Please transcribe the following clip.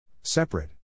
Separate